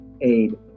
aid